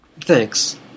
Thanks